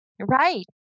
Right